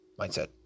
Mindset